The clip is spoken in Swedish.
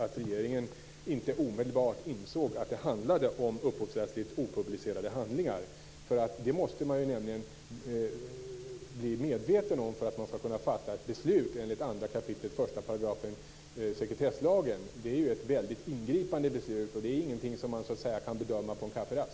att regeringen helt enkelt inte omedelbart insåg att det handlade om upphovsrättsligt opublicerade handlingar, men att man gjorde detta litet senare oberoende av de amerikanska påpekandena.. Det måste man nämligen bli medveten om för att man skall kunna fatta ett beslut enligt 2 kap. 1 § sekretesslagen. Det är ju ett väldigt stort ingripande, och det är ingenting som man kan bedöma på en kafferast.